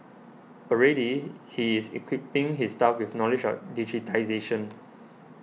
already he is equipping his staff with knowledge of digitisation